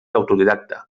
autodidacta